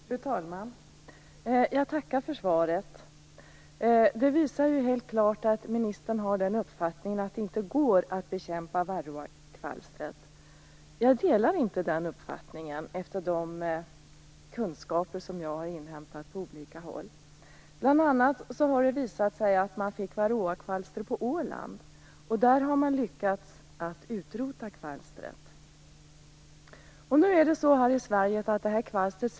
Fru talman! Jag tackar för svaret. Det visar helt klart att ministern har uppfattningen att det inte går att bekämpa varroakvalstret. Jag delar inte den uppfattningen efter de kunskaper jag har inhämtat på olika håll. Bl.a. har det visat sig att man fick varroakvalster på Åland. Där har man lyckats utrota kvalstret. Det här kvalstret sprider sig nu i Sverige.